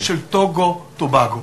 בבקשה, אדוני.